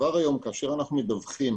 כבר היום כשאנחנו מדווחים